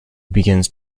begins